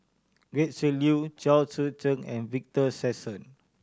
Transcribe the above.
Gretchen Liu Chao Tzee Cheng and Victor Sassoon